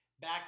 back